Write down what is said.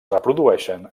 reprodueixen